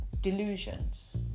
delusions